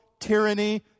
tyranny